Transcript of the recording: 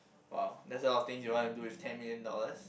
!wow! that's a lot of things you want to do with ten million dollars